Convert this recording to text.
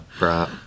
right